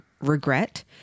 regret